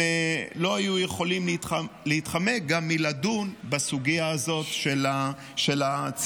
הם לא היו יכולים להתחמק גם מלדון בסוגיה הזאת של הצינון.